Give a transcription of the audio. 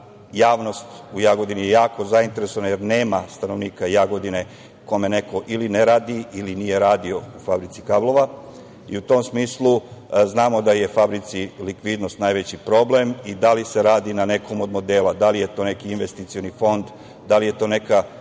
ljudi. Javnost u Jagodini je jako zainteresovana, jer nema stanovnika Jagodine kome neko ili ne radi ili nije radio u fabrici kablova. U tom smislu znamo da je fabrici likvidnost najveći problem i da li se radi na nekom od modela. Da li je to neki investicioni fond? Da li je to neka